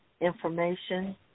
information